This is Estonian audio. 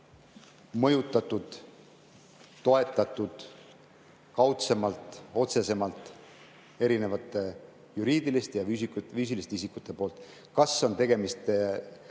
mõjutatud ja toetatud kaudsemalt või otsesemalt erinevate juriidiliste ja füüsiliste isikute poolt. Kas on tegemist